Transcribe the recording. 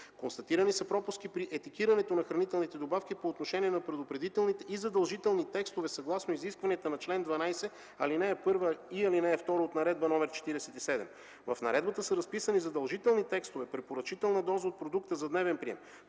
Констатирани са пропуски при етикетирането на хранителните добавки по отношение на предупредителните и задължителните текстове съгласно изискванията на чл. 12, ал. 1 и ал. 2 от Наредба № 47. В наредбата са разписани задължителни текстове, препоръчителна доза от продукта за дневен прием,